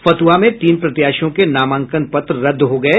फतुहा में तीन प्रत्याशियों के नामांकन पत्र रद्द हो गये